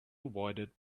avoided